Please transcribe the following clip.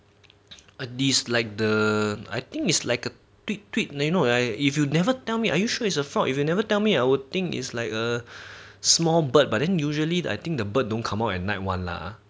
uh these like the I think it's like the tweet tweet you know I if you'd never tell me are you sure is a frog if you never tell me I will think is like a small bird but then usually I think the bird don't come out at night one lah